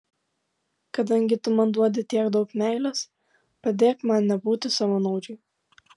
kadangi tu man duodi tiek daug meilės padėk man nebūti savanaudžiui